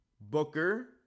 Booker